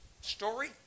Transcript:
story